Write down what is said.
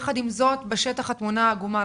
יחד עם זאת בשטח התמונה עגומה.